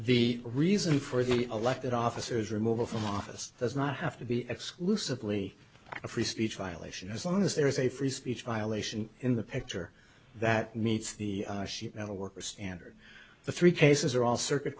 the reason for the elected officer is removal from office does not have to be exclusively a free speech violation as long as there is a free speech violation in the picture that meets the sheet metal worker standard the three cases are all circuit